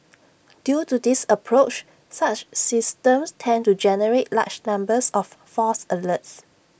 due to this approach such systems tend to generate large numbers of false alerts